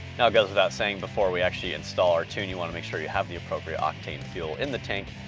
now, it goes without saying, before we actually install our tune, you wanna make sure you have the appropriate octane fuel in the tank.